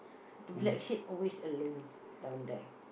the black sheep always alone down there